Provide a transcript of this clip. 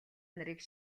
нарыг